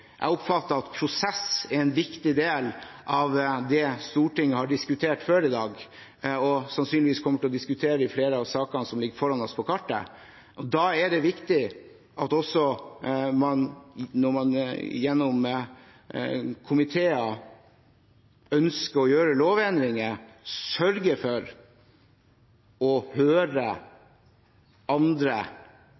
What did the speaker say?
Jeg oppfatter at prosess er en viktig del av det Stortinget har diskutert før i dag, og sannsynligvis for flere av sakene på kartet som ligger foran oss, som vi også skal diskutere. Da er det viktig at man, når man gjennom komiteer ønsker å gjøre lovendringer, sørger for å høre